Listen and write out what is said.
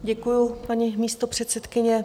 Děkuju, paní místopředsedkyně.